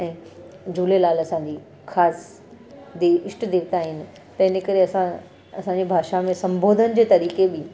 ऐं झूलेलाल असांजी ख़ासि देव इष्ट देवता आहिनि तंहिंजे करे असां असांजी भाषा में संबोधन जे तरीक़े बि